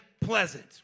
pleasant